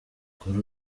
ukore